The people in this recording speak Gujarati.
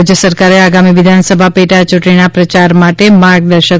રાજ્ય સરકારે આગામી વિધાનસભા પેટાયૂંટણીના પ્રચાર માટે માર્ગદર્શક